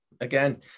Again